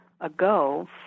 ago